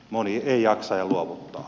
moni ei jaksa ja luovuttaa